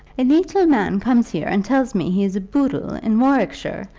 a leetle man comes here and tells me he is a booddle in warwickshire,